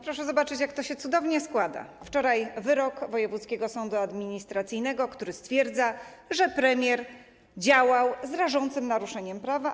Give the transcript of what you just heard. Proszę zobaczyć, jak to się cudownie składa: wczoraj wyrok wojewódzkiego sądu administracyjnego, który stwierdza, że premier działał z rażącym naruszeniem prawa.